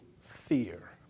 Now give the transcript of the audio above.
fear